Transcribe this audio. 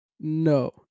no